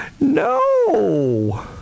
no